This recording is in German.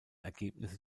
ergebnisse